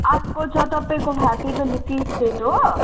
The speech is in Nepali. अर्को छ तपाईँको ह्याप्पी भ्याली टी स्टेट हो